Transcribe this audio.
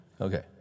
Okay